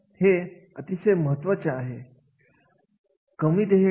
या कार्याच्या वर्णना मध्ये